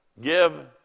give